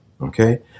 Okay